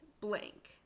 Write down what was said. blank